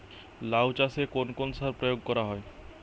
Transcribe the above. লাউ চাষে কোন কোন সার প্রয়োগ করা হয়?